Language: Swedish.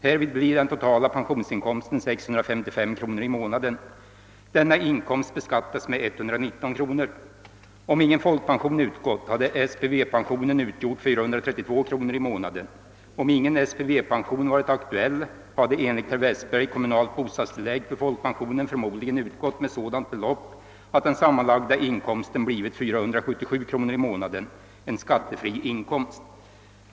Härvid blir den totala pensionsinkomsten 655 kronor i månaden. Denna inkomst beskattas med 119 kro nor. Om ingen folkpension utgått hade SPV-pensionen utgjort 432 kronor i månaden. Om ingen SPV-pension varit aktuell hade enligt herr Westberg kommunalt bostadstillägg till folkpensionen förmodligen utgått med sådant belopp att den sammanlagda inkomsten blivit 477 kronor i månaden, en skattefri inkomst.